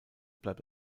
bleibt